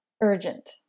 urgent